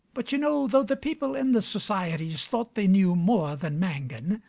but, you know, though the people in the societies thought they knew more than mangan,